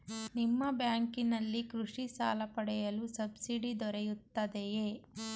ನಿಮ್ಮ ಬ್ಯಾಂಕಿನಲ್ಲಿ ಕೃಷಿ ಸಾಲ ಪಡೆಯಲು ಸಬ್ಸಿಡಿ ದೊರೆಯುತ್ತದೆಯೇ?